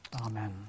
Amen